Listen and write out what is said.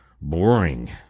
boring